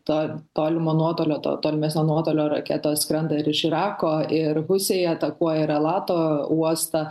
to tolimo nuotolio to tolimesnio nuotolio raketos skrenda ir iš irako ir pusėj atakuoja ir alato uostą